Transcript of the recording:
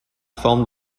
forme